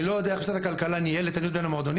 אני לא יודע איך משרד הכלכלה ניהל את הניוד בין המועדונים,